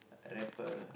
rapper